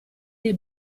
dei